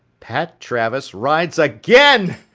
pat travis rides again!